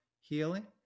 healing